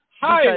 Hi